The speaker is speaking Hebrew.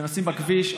נוסעים בכביש,